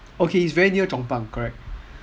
okay it's very near